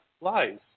lies